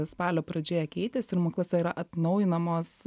spalio pradžioje keitėsi ir moksluose yra atnaujinamos